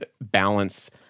balance